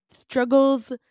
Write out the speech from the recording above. struggles